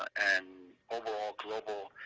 and overall global